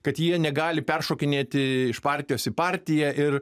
kad jie negali peršokinėti iš partijos į partiją ir